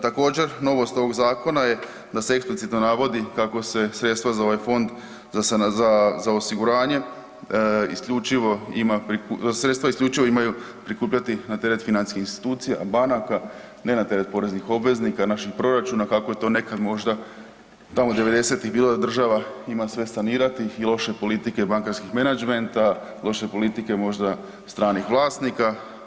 Također novost ovog zakona je da se eksplicitno navodi kako se sredstva za ovaj fond za osiguranje isključivo ima sredstva isključivo imaju prikupljati na teret financijskih institucija, banaka, ne na teret poreznih obveznika naših proračuna kako je to nekad možda tamo devedesetih bila država ima sve sanirati i loše politike bankarskog menadžmenata, loše politike možda stranih vlasnika.